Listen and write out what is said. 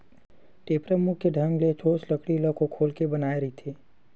टेपरा मुख्य ढंग ले ठोस लकड़ी ल खोखोल के बनाय जाय रहिथे